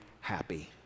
happy